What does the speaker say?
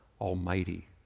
Almighty